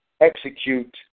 execute